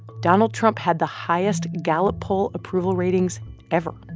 donald trump had the highest gallup poll approval ratings ever